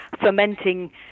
fermenting